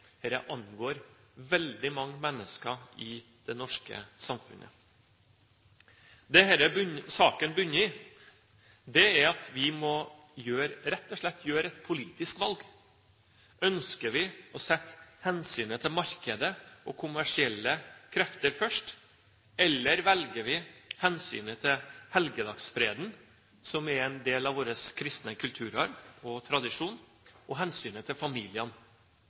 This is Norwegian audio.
mennesker i det norske samfunnet. Det denne saken bunner i, er at vi rett og slett må gjøre et politisk valg: Ønsker vi å sette hensynet til markedet og kommersielle krefter først, eller setter vi hensynet til helligdagsfreden, som er en del av vår kristne kulturarv og tradisjon, og hensynet til familiene